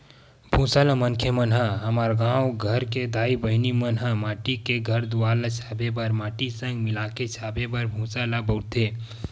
भूसा ल मनखे मन ह हमर गाँव घर के दाई बहिनी मन ह माटी के घर दुवार ल छाबे बर माटी संग मिलाके छाबे बर भूसा ल बउरथे